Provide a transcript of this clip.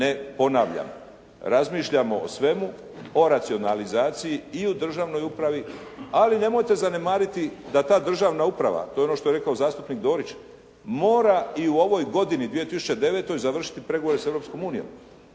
ne ponavljam. Razmišljamo o svemu, o racionalizaciji i u državnoj upravi, ali nemojte zanemariti da ta državna uprava, to je ono što je rekao zastupnik Dorić, mora i u ovoj godini 2009. završiti pregovore sa